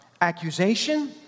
accusation